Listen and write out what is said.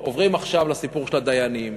עוברים עכשיו לסיפור של הדיינים,